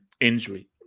injury